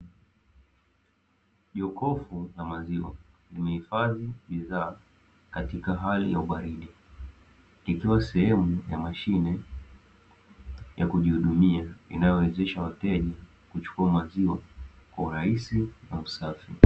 Jokofu la maziwa limehifadhi bidhaa katika hali ya ubaridi, ikiwa sehemu ya mashine ya kujihudumia inayowezesha wateja kuchukua maziwa kwa urahisi na usafi.